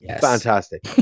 fantastic